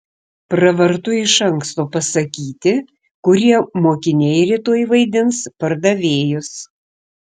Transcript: pravartu iš anksto pasakyti kurie mokiniai rytoj vaidins pardavėjus